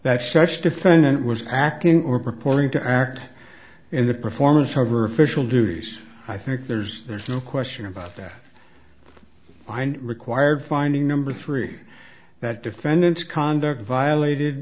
such defendant was acting or purporting to act in the performance over official duties i think there's there's no question about that mind required finding number three that defendants conduct violated